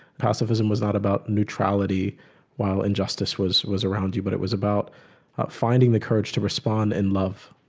pacifism was not about neutrality while injustice was was around you but it was about finding the courage to respond in love.